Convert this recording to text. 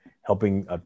helping